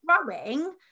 growing